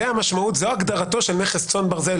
זו הגדרתו של נכס צאן ברזל,